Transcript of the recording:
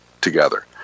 together